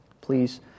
Please